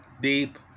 deep